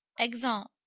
exeunt.